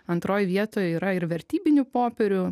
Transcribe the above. antroj vietoj yra ir vertybinių popierių